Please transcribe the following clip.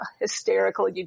hysterical